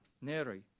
Neri